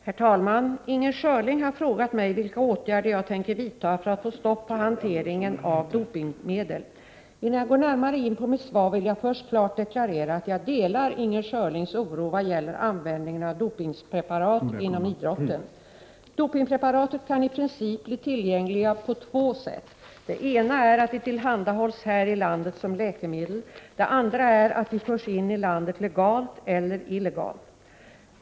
CESeneenan Herr talman! Inger Schörling har frågat mig vilka åtgärder jag tänker vidta A P för att få stopp på hanteringen av dopingmedel. Innan jag går närmare in på mitt svar vill jag först klart deklarera att jag delar Inger Schörlings oro vad gäller användningen av dopingpreparat inom idrotten. Dopingpreparat kan i princip bli tillgängliga på två sätt. Det ena är att de tillhandahålls här i landet som läkemedel. Det andra är att de förs in i landet legalt eller illegalt.